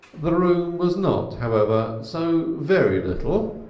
the room was not, however, so very little,